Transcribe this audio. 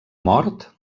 mort